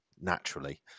naturally